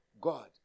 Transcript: God